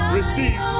Receive